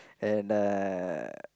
and uh